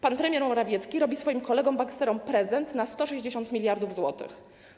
Pan premier Morawiecki robi swoim kolegom banksterom prezent na 160 mld zł.